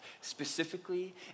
specifically